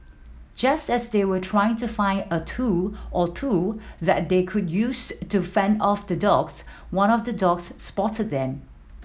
just as they were trying to find a tool or two that they could use to fend off the dogs one of the dogs spotted them